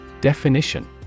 Definition